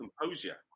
composure